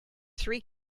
three